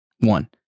One